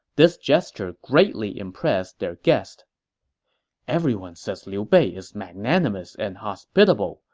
this gesture greatly impressed their guest everyone says liu bei is magnanimous and hospitable,